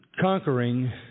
conquering